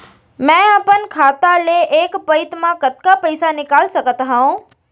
मैं अपन खाता ले एक पइत मा कतका पइसा निकाल सकत हव?